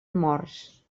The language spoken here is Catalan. morts